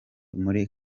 uri